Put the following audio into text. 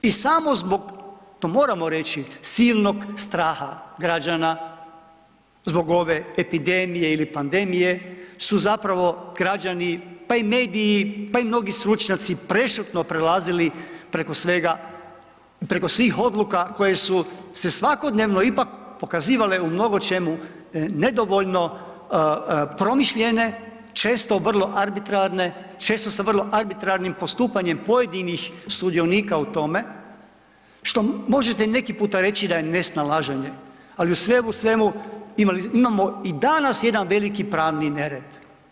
I samo zbog, to moramo reći, silnog straha građana zbog ove epidemije ili pandemije su zapravo građani, pa i mediji, pa i mnogi stručnjaci prešutno prelazili preko svega, preko svih odluka koje su se svakodnevno ipak pokazivale u mnogo čemu nedovoljno promišljene, često vrlo arbitrarne, često sa vrlo arbitrarnim postupanjem pojedinih sudionika u tome, što možete neki puta reći da je nesnalaženje, ali sve u svemu imamo i danas jedan veliki pravni nered.